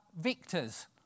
victors